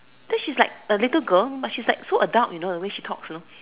so she is like a little girl but she is so adult you know the way she talk you know